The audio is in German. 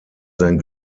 sein